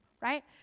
right